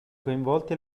coinvolti